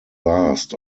last